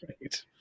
right